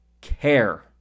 care